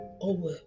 over